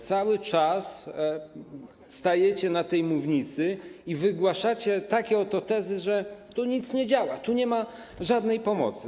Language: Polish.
Cały czas stajecie na tej mównicy i wygłaszacie takie oto tezy, że tu nic nie działa, tu nie ma żadnej pomocy.